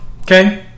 okay